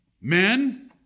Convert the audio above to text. Men